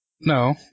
No